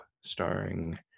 starring